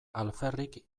alferrik